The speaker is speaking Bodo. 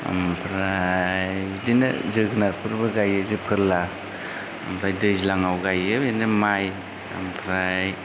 ओमफ्राय बिदिनो जोगोनार फोरबो गायो फोरला ओमफ्राय दैज्लाङाव गायो बिदिनो माइ ओमफ्राय